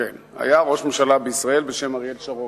נכון, היה ראש ממשלה בשם אריאל שרון,